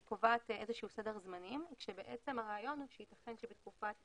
היא קובעת איזשהו סדר זמנים כאשר הרעיון הוא שיתכן שבתקופת